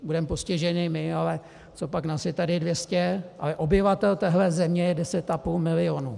Budeme postiženi my, ale copak, nás je tady 200, ale obyvatel téhle země je deset a půl milionu.